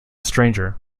stranger